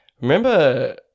remember